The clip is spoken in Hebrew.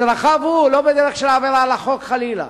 בדרכיו הוא, לא בדרכים של עבירה על החוק, חלילה,